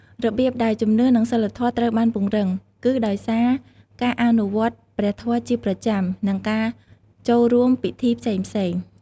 របៀបដែលជំនឿ និងសីលធម៌ត្រូវបានពង្រឹង គឺដោយសារការអនុវត្តព្រះធម៌ជាប្រចាំ និងការចួករួមពិធីផ្សេងៗ។